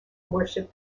worship